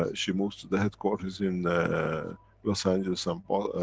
ah she moves to the headquarters in. los angeles and.